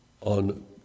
on